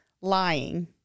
lying